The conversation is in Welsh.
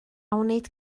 wneud